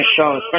show